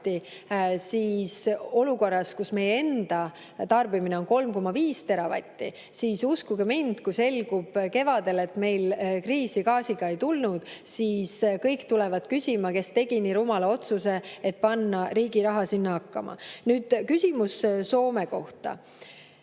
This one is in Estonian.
olukorras, kus meie enda tarbimine on 3,5 teravatti, siis uskuge mind, kui selgub kevadel, et meil kriisi gaasiga seoses ei tulnud, siis tulevad kõik küsima, kes tegi nii rumala otsuse, et panna riigi raha sinna hakkama. Nüüd küsimus Soome kohta.